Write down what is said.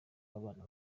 w’abana